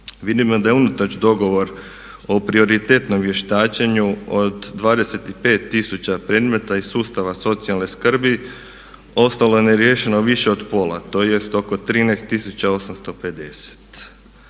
Vidimo da je unatoč dogovor o prioritetnom vještačenju od 25000 predmeta iz sustava socijalne skrbi ostalo neriješeno više od pola, tj. oko 13850.